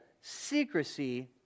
secrecy